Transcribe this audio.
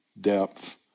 depth